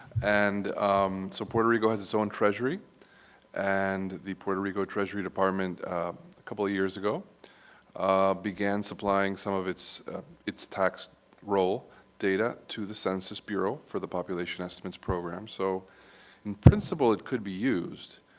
and um so puerto rico has its own treasury and the puerto rico treasury department a couple years ago began supplying some of its its tax role data to the census bureau for the population estimates program. so in principle it could be used.